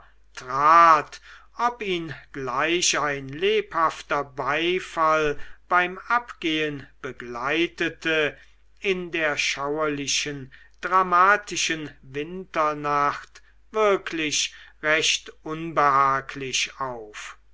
ob ihn gleich ein lebhafter beifall beim abgehen begleitete in der schauerlichen dramatischen winternacht wirklich recht unbehaglich auf